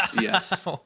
Yes